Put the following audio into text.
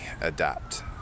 adapt